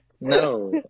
No